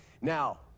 Now